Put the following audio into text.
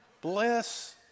Bless